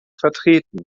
vertreten